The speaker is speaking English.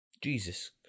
Jesus